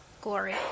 glory